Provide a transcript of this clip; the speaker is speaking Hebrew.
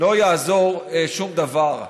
לא יעזור שום דבר,